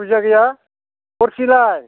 भुजिया गैया गुरसेलाय